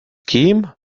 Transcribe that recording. kim